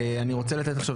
אני רוצה לתת עכשיו,